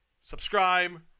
Subscribe